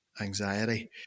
anxiety